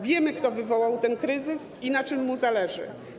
Wiemy, kto wywołał ten kryzys i na czym mu zależy.